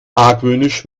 argwöhnisch